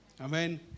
Amen